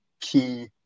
key